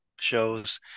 shows